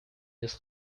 this